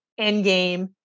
Endgame